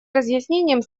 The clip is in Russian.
разъяснением